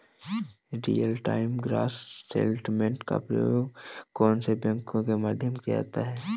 Real time gross settlement का प्रयोग कौन से बैंकों के मध्य किया जाता है?